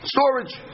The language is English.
Storage